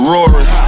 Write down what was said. Roaring